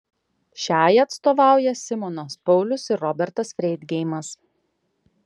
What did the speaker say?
šiai atstovauja simonas paulius ir robertas freidgeimas